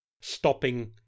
stopping